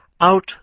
out